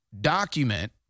document